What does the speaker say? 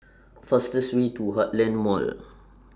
fastest Way to Heartland Mall